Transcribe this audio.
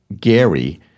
Gary